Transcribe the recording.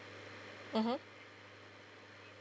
mmhmm